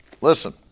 Listen